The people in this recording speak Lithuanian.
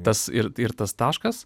tas ir tas taškas